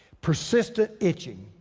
persistent itching.